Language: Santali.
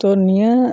ᱛᱚ ᱱᱤᱭᱟᱹ